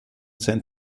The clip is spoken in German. san